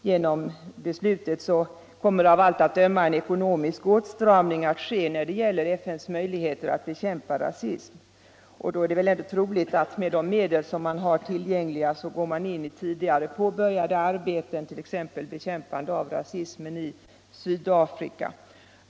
Genom beslutet kommer av allt att döma en ekonomisk åtstramning att ske när det gäller FN:s möjligheter att bekämpa rasism, och då är det väl troligt att med de medel som man har tillgängliga går man in i tidigare påbörjade arbeten, t.ex. bekämpande av rasismen i Sydafrika.